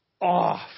off